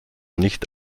nicht